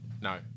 No